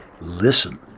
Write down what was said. listen